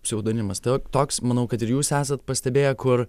pseudonimas tai va toks manau kad ir jūs esat pastebėję kur